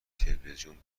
تلویزیون